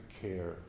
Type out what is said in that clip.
care